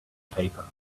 paper